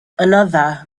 another